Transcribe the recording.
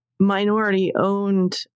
minority-owned